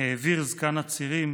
העביר זקן הצירים